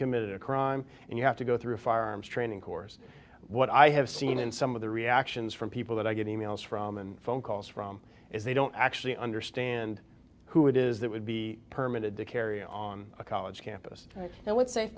committed a crime and you have to go through a firearms training course what i have seen and some of the reactions from people that i get e mails from and phone calls from is they don't actually understand who it is that would be permit to carry on a college campus